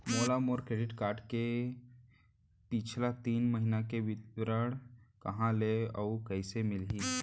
मोला मोर credit card के पिछला तीन महीना के विवरण कहाँ ले अऊ कइसे मिलही?